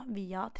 via